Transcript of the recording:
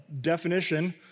definition